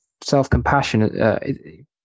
self-compassion